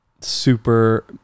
Super